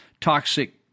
toxic